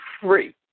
free